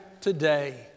today